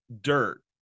dirt